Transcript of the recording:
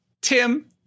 Tim